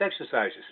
exercises